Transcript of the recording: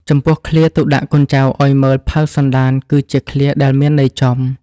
ចំំពោះឃ្លា ទុកដាក់កូនចៅឲ្យមើលផៅសន្តាន គឺជាឃ្លាដែលមានន័យចំ។